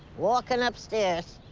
walking up stairs.